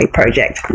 project